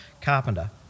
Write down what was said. Carpenter